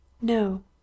No